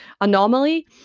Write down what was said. Anomaly